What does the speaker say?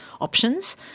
options